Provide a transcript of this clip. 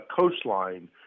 coastline